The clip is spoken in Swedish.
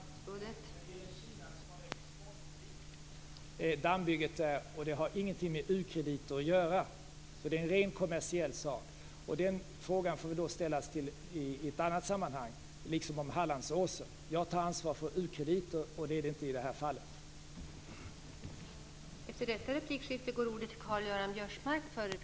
Fru talman! När det gäller exportkrediten för dammbygget i Kina har denna ingenting med ukrediter att göra. Det är en ren kommersiell satsning. Den frågan får ställas i ett annat sammanhang liksom frågan om Hallandsåsen. Jag tar ansvar för u-krediter, och det rör det sig inte om i det här fallet.